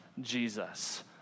Jesus